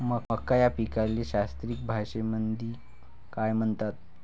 मका या पिकाले शास्त्रीय भाषेमंदी काय म्हणतात?